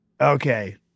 okay